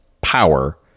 power